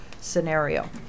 scenario